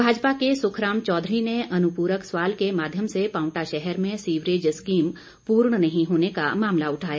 भाजपा के सुखराम चौधरी ने अनुप्रक सवाल के माध्यम से पांवटा शहर में सीवरेज स्कीम पूर्ण नहीं होने का मामला उठाया